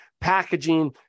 packaging